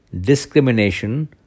discrimination